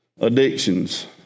Addictions